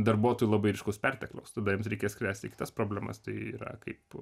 darbuotojų labai ryškus pertekliaus tada jiems reikės spręsti kitas problemas tai yra kaip